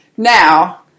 Now